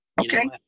Okay